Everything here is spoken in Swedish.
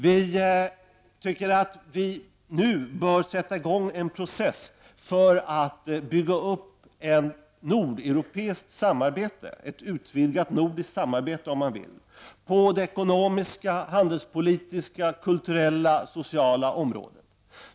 Vi tycker att vi nu bör sätta i gång en process för att bygga upp ett nordeuropeiskt samabete, ett utvidgat nordiskt samarbete, på det ekonomiska, handelspolitiska, kulturella och sociala området.